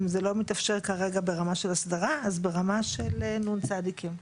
אם זה לא מתאפשר כרגע ברמה של הסדרה אז ברמה של נ.צ-דיקים.